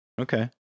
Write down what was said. Okay